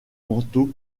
manteau